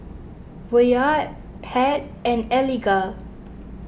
Wyatt Pat and Eliga